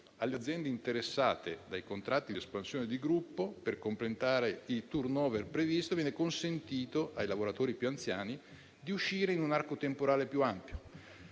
alle aziende interessate dai contratti di espansione di gruppo per completare il *turnover* previsto, viene consentito ai lavoratori più anziani di uscire in un arco temporale più ampio;